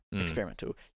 Experimental